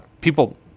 people